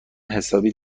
حسابی